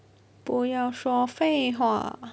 不要说废话